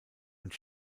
und